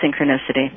synchronicity